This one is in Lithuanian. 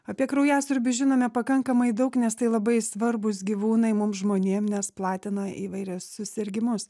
apie kraujasiurbius žinome pakankamai daug nes tai labai svarbūs gyvūnai mum žmonėm nes platina įvairius susirgimus